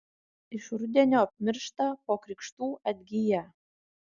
iš rudenio apmiršta po krikštų atgyja